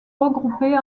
regroupées